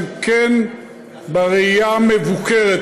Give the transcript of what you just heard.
הן כן ברעייה מבוקרת,